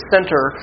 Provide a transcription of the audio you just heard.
Center